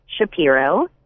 shapiro